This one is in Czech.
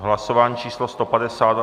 Hlasování číslo 152.